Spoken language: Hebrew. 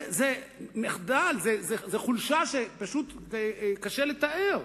זה מחדל, זו חולשה שקשה לתאר,